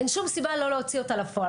אין שום סיבה לא להוציא אותה לפועל.